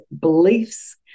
beliefs